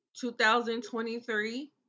2023